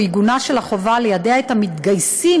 הוא עיגונה של החובה ליידע את המתגייסים